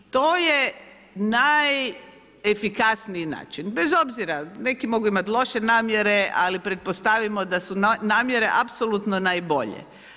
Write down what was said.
To je najefikasniji način, bez obzira neki mogu imati loše namjere ali pretpostavimo da su namjere apsolutno najbolje.